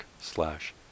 slash